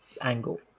angle